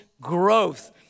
growth